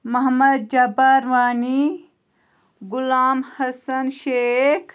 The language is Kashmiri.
محمد جبار وانی غُلام حَسَن شیخ